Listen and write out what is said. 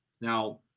Now